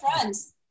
friends